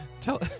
Tell